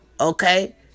okay